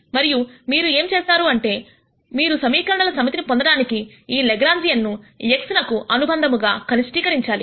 మరియు మీరు ఏం చేస్తారు అంటే మీరు సమీకరణల సమితిని పొందడానికి ఈ లెగ్రాంజియన్ను x నకు అనుబంధముగా కనిష్ఠీకరించాలి